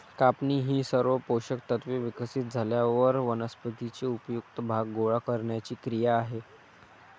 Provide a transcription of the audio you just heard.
कापणी ही सर्व पोषक तत्त्वे विकसित झाल्यावर वनस्पतीचे उपयुक्त भाग गोळा करण्याची क्रिया आहे